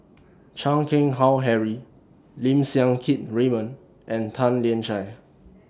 Chan Keng Howe Harry Lim Siang Keat Raymond and Tan Lian Chye